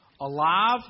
alive